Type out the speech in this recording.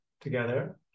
together